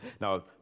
Now